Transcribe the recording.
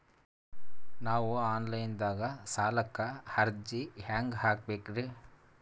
ನಾವು online ದಾಗ ಸಾಲಕ್ಕ ಅರ್ಜಿ ಹೆಂಗ ಹಾಕಬೇಕ್ರಿ?